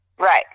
Right